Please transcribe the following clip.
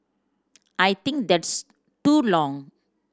I think that's too long